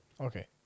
Okay